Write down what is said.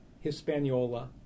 Hispaniola